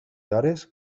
hores